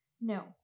no